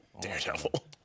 Daredevil